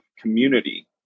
community